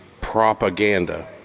propaganda